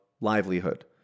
livelihood